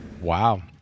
Wow